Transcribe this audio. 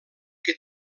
que